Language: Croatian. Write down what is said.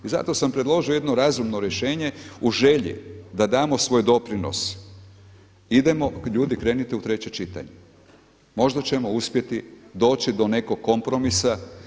I zato sam predložio jedno razumno rješenje u želji da damo svoj doprinos, idemo ljudi krenite u treće čitanje možda ćemo uspjeti doći do nekog kompromisa.